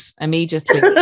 immediately